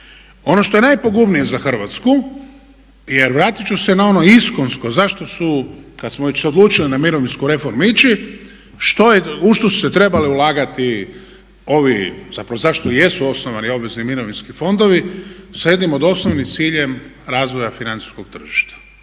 ono što je najpogubnije za Hrvatsku jer vratit ću se na ono iskonsko zašto su kad smo već se odlučili na mirovinsku reformu ići u što su se trebale ulagati ovi zapravo zašto i jesu osnovani obvezni mirovinski fondovi sa jednim od osnovnim ciljem razvoja financijskog tržišta.